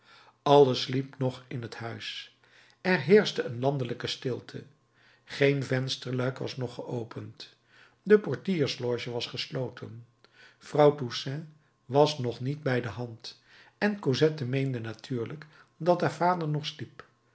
alles sliep nog in het huis er heerschte een landelijke stilte geen vensterluik was nog geopend de portiersloge was gesloten vrouw toussaint was nog niet bij de hand en cosette meende natuurlijk dat haar vader nog sliep